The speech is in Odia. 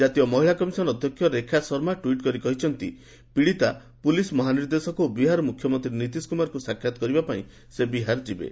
ଜାତୀୟ ମହିଳା କମିଶନ୍ ଅଧ୍ୟକ୍ଷ ରେଖା ଶର୍ମା ଟ୍ପିଟ୍ କରି କହିଛନ୍ତି ପୀଡ଼ିତା ପୁଲିସ୍ ମହାନିର୍ଦ୍ଦେଶକ ଓ ବିହାର ମୁଖ୍ୟମନ୍ତ୍ରୀ ନୀତିଶ କୁମାରଙ୍କୁ ସାକ୍ଷାତ କରିବା ପାଇଁ ସେ ବିହାର ଯିବେ